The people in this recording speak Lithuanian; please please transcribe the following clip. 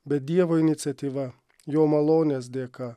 bet dievo iniciatyva jo malonės dėka